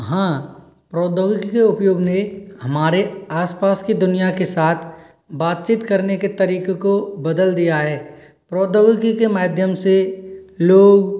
हाँ प्रौद्योगिक के उपयोग ने हमारे आस पास के दुनिया के साथ बातचीत करने के तरीके को बदल दिया है प्रौद्योगिकी के माध्यम से लोग